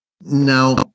Now